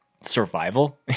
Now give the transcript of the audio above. survival